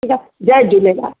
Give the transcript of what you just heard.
ठीकु आहे जय झूलेलाल